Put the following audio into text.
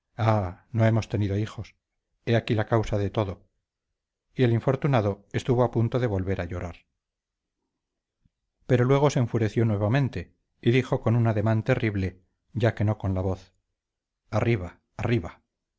no hemos tenido hijos he aquí la causa de todo y el infortunado estuvo a punto de volver a llorar pero luego se enfureció nuevamente y dijo con un ademán terrible ya que no con la voz arriba arriba